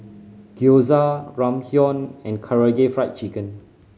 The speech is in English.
Gyoza Ramyeon and Karaage Fried Chicken